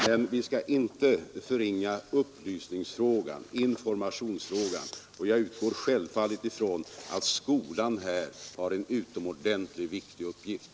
Men vi skall inte förringa värdet av information, och jag utgår självfallet från att skolan här har en utomordentligt viktig uppgift.